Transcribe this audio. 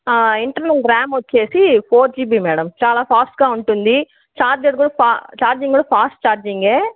internal RAM వచ్చేసి four GB madam చాలా ఫాస్ట్గా ఉంటుంది చార్జర్ కూడా ఫా ఛార్జింగ్ కూడా ఫాస్ట్ ఛార్జింగే